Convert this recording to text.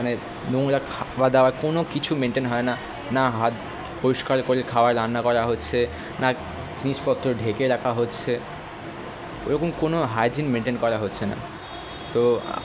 মানে নোংরা খাওয়াদাওয়া কোনও কিছু মেন্টেন হয় না না হাত পরিষ্কার করে খাওয়ার রান্না করা হচ্ছে না জিনিসপত্র ঢেকে রাখা হচ্ছে এরকম কোনও হাইজিন মেন্টেন করা হচ্ছে না তো